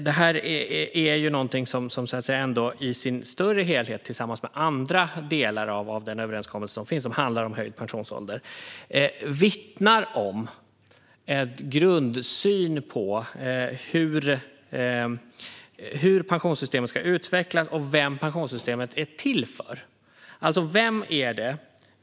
Detta är dock någonting som i sin större helhet, tillsammans med andra delar av överenskommelsen om höjd pensionsålder, vittnar om en grundsyn på hur pensionssystemet ska utvecklas och vem det är till för.